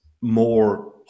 more